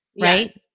right